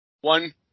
One